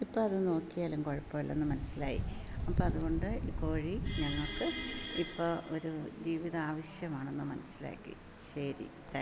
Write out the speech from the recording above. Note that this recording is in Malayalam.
ഇപ്പം അത് നോക്കിയാലും കുഴപ്പമില്ലെന്ന് മനസ്സിലായി അപ്പം അതുകൊണ്ട് ഈ കോഴി ഞങ്ങൾക്ക് ഇപ്പോൾ ഒരു ജീവിത ആവശ്യമാണെന്ന് മനസ്സിലാക്കി ശരി